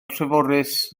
treforys